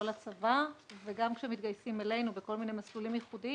לצבא; וגם שמתגייסים אלינו בכל מיני מסלולים ייחודיים,